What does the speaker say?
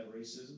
racism